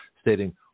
stating